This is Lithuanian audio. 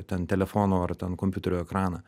ten telefono ar ten kompiuterio ekraną